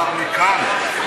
אני יכול לומר מכאן.